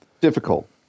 difficult